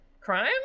crime